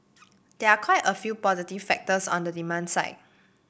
there are quite a few positive factors on the demand side